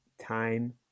time